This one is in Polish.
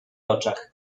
oczach